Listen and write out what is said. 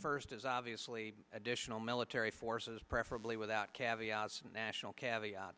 first as obviously additional military forces preferably without caviare national caviar